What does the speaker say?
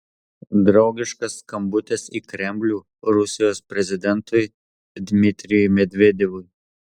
draugiškas skambutis į kremlių rusijos prezidentui dmitrijui medvedevui